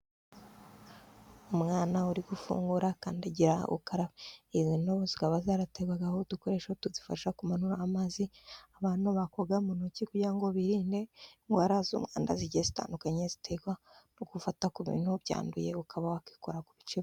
Umwana uri gufungura kandagira ukarabe. Izi n'ubu zikaba zarategwagaho udukoresho tuzifasha kumanura amazi abantu bakoga muntoki kugira ngo birinde indwara z'umwanda zigiye zitandukanye zitegwa nogufata ku bintu byanduye ukaba wakwikora ku bice.